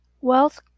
Wealth